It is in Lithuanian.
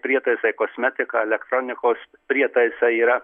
prietaisai kosmetika elektronikos prietaisai yra